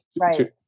Right